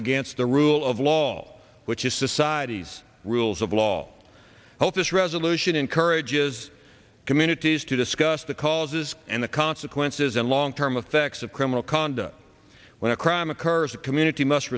against the rule of law which is society's rules of law hope this resolution encourages communities to discuss the causes and the consequences and long term effects of criminal conduct when a crime occurs the community must